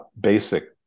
basic